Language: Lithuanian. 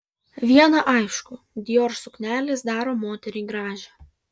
viena aišku dior suknelės daro moterį gražią